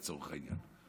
לצורך העניין.